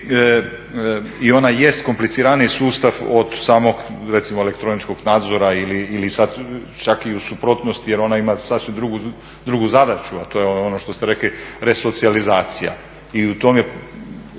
i ona jest kompliciraniji sustav od samog, recimo elektroničkog nadzora ili sad čak u suprotnosti jer ona ima sasvim drugu zadaću, a to je ono što ste rekli, resocijalizacija i u tom je